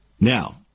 Now